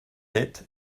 lettre